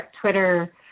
Twitter